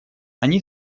они